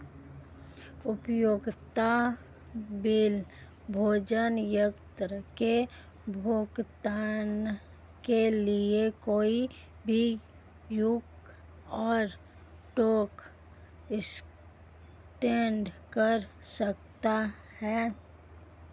उपयोगिता बिल, भोजन, यात्रा के भुगतान के लिए कोई भी क्यू.आर कोड स्कैन कर सकता है